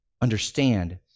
understand